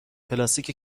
پلاستیک